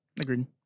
Agreed